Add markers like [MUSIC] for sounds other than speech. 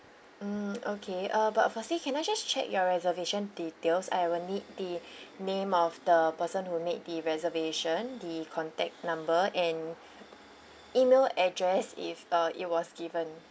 mm okay uh but firstly can I just check your reservation details I will need the [BREATH] name of the person who made the reservation the contact number and email address if uh it was given